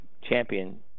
champion